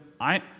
I